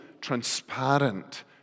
transparent